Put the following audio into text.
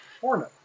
Hornet